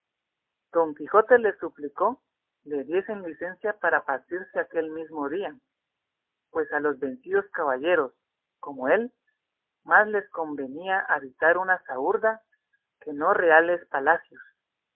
don quijote les suplicó le diesen licencia para partirse aquel mismo día pues a los vencidos caballeros como él más les convenía habitar una zahúrda que no reales palacios